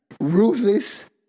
ruthless